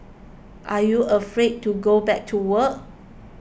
are you afraid to go back to work